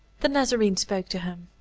the nazarene spoke to him.